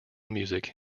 music